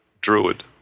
Druid